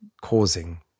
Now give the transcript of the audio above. causing